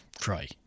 cry